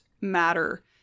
matter